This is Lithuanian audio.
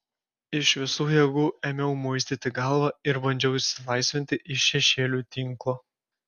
iš visų jėgų ėmiau muistyti galvą ir bandžiau išsilaisvinti iš šešėlių tinklo